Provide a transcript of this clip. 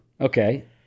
Okay